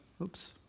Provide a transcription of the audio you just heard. oops